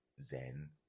Zen